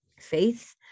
Faith